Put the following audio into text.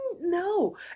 No